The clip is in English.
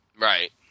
Right